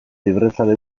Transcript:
librezale